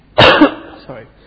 sorry